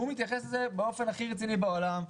הוא מתייחס לזה באופן הכי רציני בעולם,